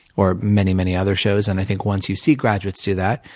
or many, many other shows. and i think once you see graduates do that,